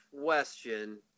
question